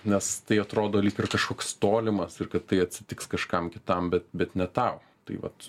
nes tai atrodo lyg ir kažkoks tolimas ir kad tai atsitiks kažkam kitam bet bet ne tau tai vat